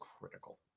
critical